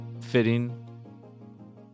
fitting